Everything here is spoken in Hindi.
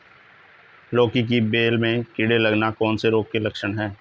लौकी की बेल में कीड़े लगना कौन से रोग के लक्षण हैं?